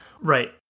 right